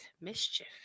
mischief